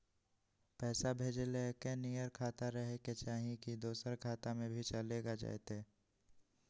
पैसा भेजे ले एके नियर खाता रहे के चाही की दोसर खाता में भी चलेगा जयते?